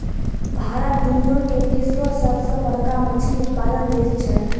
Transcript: भारत दुनिया के तेसरो सभ से बड़का मछली उत्पादक देश छै